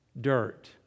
Dirt